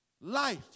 life